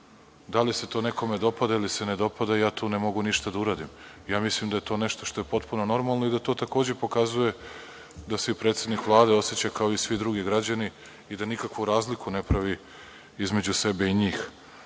Da li se to nekome dopada ili se ne dopada, ja tu ne mogu ništa da uradim. Mislim da je to nešto što je potpuno normalno i da to takođe pokazuje da se predsednik Vlade oseća kao i svi drugi građani i da nikakvu razliku ne pravi između sebe i njih. Sa